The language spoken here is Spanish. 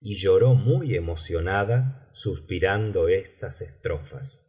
y lloró muy emocionada suspirando estas estrofas